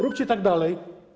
Róbcie tak dalej.